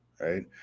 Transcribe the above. right